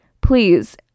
please